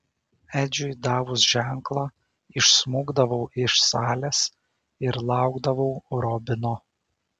edžiui davus ženklą išsmukdavau iš salės ir laukdavau robino